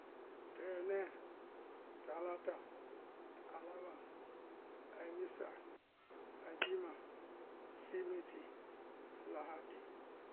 Tɛnɛɛ, tálatá, álabá, aimisá, aijima, simiti, lahadi.